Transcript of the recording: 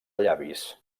llavis